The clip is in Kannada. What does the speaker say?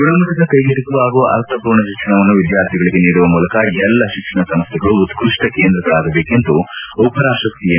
ಗುಣಮಟ್ಟದ ಕ್ಕೆಗೆಟಕುವ ಹಾಗೂ ಅರ್ಥಮೂರ್ಣ ಶಿಕ್ಷಣವನ್ನು ವಿದ್ಯಾರ್ಥಿಗಳಿಗೆ ನೀಡುವ ಮೂಲಕ ಎಲ್ಲಾ ಶಿಕ್ಷಣ ಸಂಸ್ಥೆಗಳು ಉತ್ಪಷ್ಟ ಕೇಂದ್ರಗಳಾಗಬೇಕೆಂದು ಉಪರಾಷ್ಷಪತಿ ಎಂ